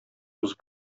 узып